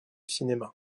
cinéma